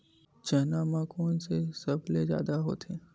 चना म कोन से सबले जादा होथे?